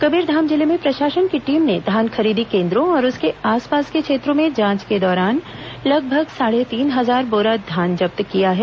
कबीरधाम जिले में प्रशासन की टीम ने धान खरीदी केंद्रों और उसके आसपास के क्षेत्रों में जांच के दौरान लगभग साढ़े तीन हजार बोरा धान जब्त किया है